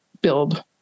build